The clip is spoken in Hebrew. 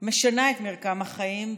משנה את מרקם החיים,